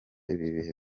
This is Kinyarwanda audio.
ibihe